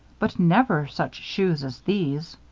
but never such shoes as these.